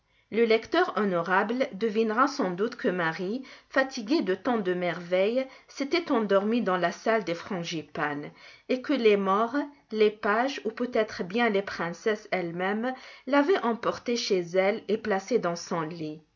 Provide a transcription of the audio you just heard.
le lecteur honorable devinera sans doute que marie fatiguée de tant de merveilles s'était endormie dans la salle des frangipanes et que les maures les pages ou peut-être bien les princesses elles-mêmes l'avaient emportée chez elle et placée dans son lit